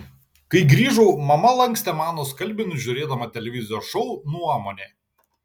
kai grįžau mama lankstė mano skalbinius žiūrėdama televizijos šou nuomonė